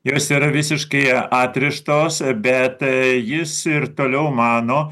jos yra visiškai atrištos bet jis ir toliau mano